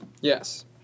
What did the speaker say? Yes